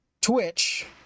Twitch